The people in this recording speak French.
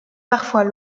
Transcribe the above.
parfois